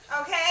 okay